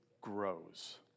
grows